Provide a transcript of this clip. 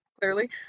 clearly